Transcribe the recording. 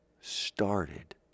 started